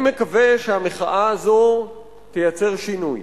אני מקווה שהמחאה הזאת תייצר שינוי.